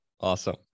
Awesome